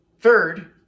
Third